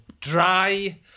dry